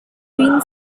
been